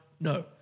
no